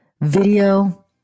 video